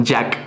Jack